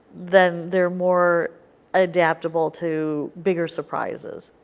then they are more adaptable to bigger surprises.